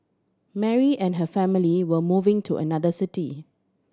Mary and her family were moving to another city